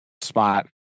spot